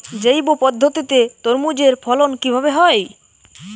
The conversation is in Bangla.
জৈব পদ্ধতিতে তরমুজের ফলন কিভাবে হয়?